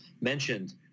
mentioned